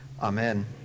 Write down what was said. Amen